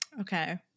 Okay